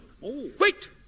Wait